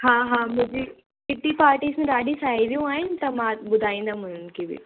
हा हा मुंहिजी किटी पार्टीज में ॾाढी साहेड़ियूं आहिनि त मां ॿुधाईंदमि उन्हनि खे बि